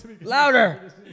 Louder